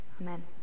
amen